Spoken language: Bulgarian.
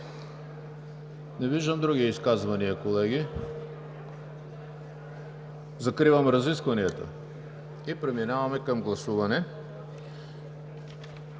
Не виждам други изказвания, колеги. Закривам разискванията. Преминаваме към гласуване